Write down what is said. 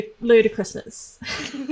Ludicrousness